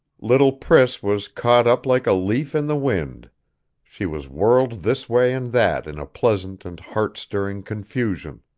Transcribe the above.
little priss was caught up like a leaf in the wind she was whirled this way and that in a pleasant and heart-stirring confusion.